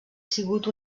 sigut